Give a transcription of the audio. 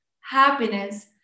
happiness